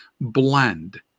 blend